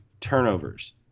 turnovers